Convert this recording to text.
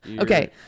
Okay